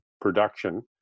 production